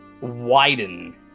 widen